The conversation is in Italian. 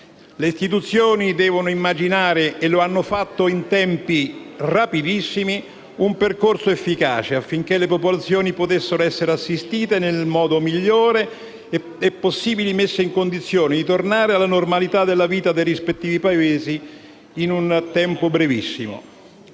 Le istituzioni devono immaginare - e lo hanno fatto in tempi rapidissimi - un percorso efficace affinché le popolazioni possano essere assistite nel migliore dei modi possibile e messe in condizioni di tornare alla normalità della vita nei rispettivi paesi in un tempo brevissimo.